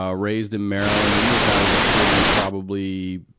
ah raised in maryland. we moved out of the city probably,